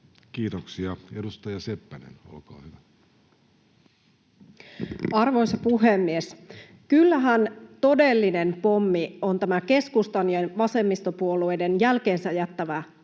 Kiitoksia. — Edustaja Seppänen, olkaa hyvä. Arvoisa puhemies! Kyllähän todellinen pommi on tämä keskustan ja vasemmistopuolueiden jälkeensä jättämä